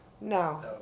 No